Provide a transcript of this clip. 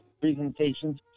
presentations